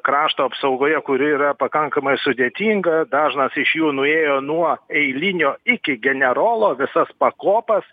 krašto apsaugoje kuri yra pakankamai sudėtinga dažnas iš jų nuėjo nuo eilinio iki generolo visas pakopas